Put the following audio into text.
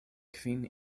kvin